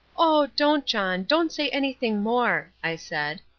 oh, don't, john, don't say anything more, i said.